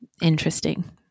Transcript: Interesting